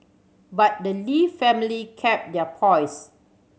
but the Lee family kept their poise